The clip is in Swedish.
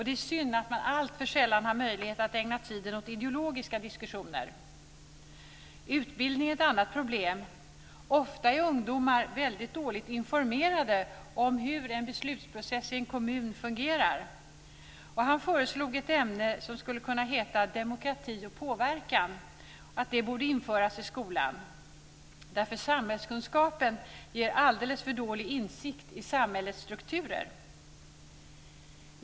Det är synd att man alltför sällan har möjlighet att ägna tid åt ideologiska diskussioner. Utbildning är ett annat problem. Ofta är ungdomar väldigt dåligt informerade om hur en beslutsprocess i en kommun fungerar. Han föreslog att ett ämne som skulle kunna heta Demokrati och påverkan borde införas i skolan. Samhällskunskapen ger alldeles för dålig insikt i samhällets strukturer.